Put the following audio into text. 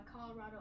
Colorado